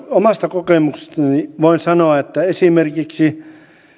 omasta kokemuksestani voin sanoa että esimerkiksi